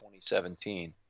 2017